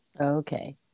Okay